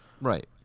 Right